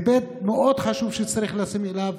זה היבט מאוד חשוב שצריך לשים לב אליו,